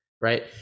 right